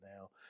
now